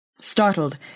Startled